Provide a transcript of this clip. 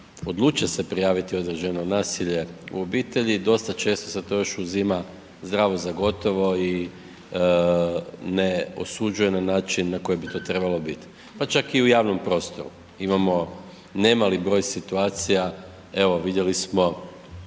odluče se prijaviti određeno nasilje u obitelji, dosta često se to još uzima zdravo za gotovo i ne osuđuje na način na koji bi to trebalo biti. Pa čak i u javnom prostoru imamo nemali broj situacija, evo vidjeli smo